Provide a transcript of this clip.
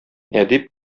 әдип